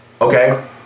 okay